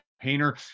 Painter